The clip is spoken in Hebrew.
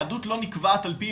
יהדות לא נקבעת לפי,